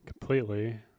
completely